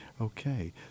Okay